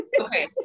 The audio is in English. okay